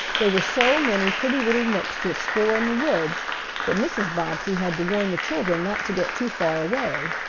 there were so many pretty little nooks to explore in the woods that mrs. bobbsey had to warn the children not to get too far away.